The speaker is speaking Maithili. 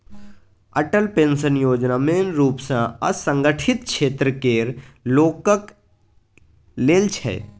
अटल पेंशन योजना मेन रुप सँ असंगठित क्षेत्र केर लोकक लेल छै